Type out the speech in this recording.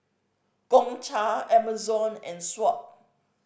Gongcha Amazon and Swatch